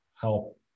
help